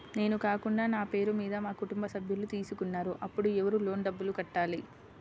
నేను కాకుండా నా పేరు మీద మా కుటుంబ సభ్యులు తీసుకున్నారు అప్పుడు ఎవరు లోన్ డబ్బులు కట్టాలి?